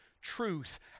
truth